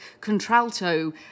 contralto